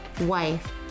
wife